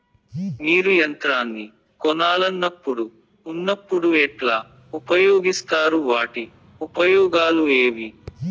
మీరు యంత్రాన్ని కొనాలన్నప్పుడు ఉన్నప్పుడు ఎట్లా ఉపయోగిస్తారు వాటి ఉపయోగాలు ఏవి?